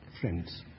friends